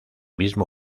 mismo